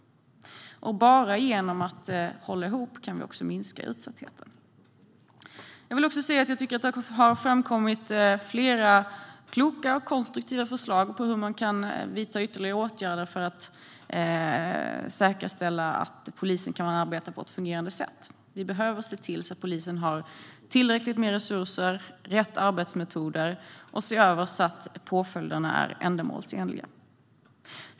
Det är bara genom att hålla ihop som vi kan minska utsattheten. Det har framkommit flera kloka och konstruktiva förslag om hur man kan vidta ytterligare åtgärder för att säkerställa att polisen kan arbeta på ett fungerande sätt. Vi behöver se till att polisen har tillräckligt med resurser och rätt arbetsmetoder och att påföljderna är ändamålsenliga.